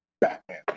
Batman